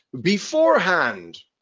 beforehand